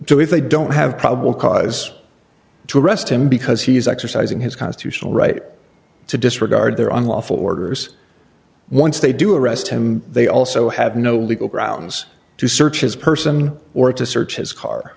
to if they don't have probable cause to arrest him because he is exercising his constitutional right to disregard their unlawful orders once they do arrest him they also have no legal grounds to search his person or to search his car